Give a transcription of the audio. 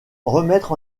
remettre